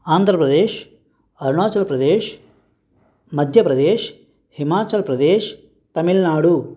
Andhra Pradesh Arunachal Pradesh Madhya Pradesh Himachal Pradesh Tamil Nadu